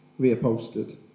reupholstered